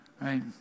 right